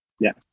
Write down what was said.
Yes